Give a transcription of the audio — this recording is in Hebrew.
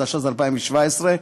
התשע"ז 2017,